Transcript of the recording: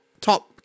top